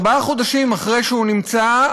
ארבעה חודשים אחרי שהוא נמצא,